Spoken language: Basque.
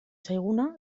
zaiguna